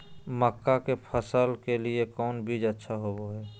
मक्का के फसल के लिए कौन बीज अच्छा होबो हाय?